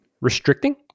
restricting